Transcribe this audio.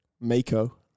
Mako